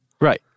Right